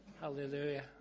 Hallelujah